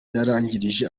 yarangije